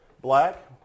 Black